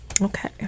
okay